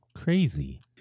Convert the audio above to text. crazy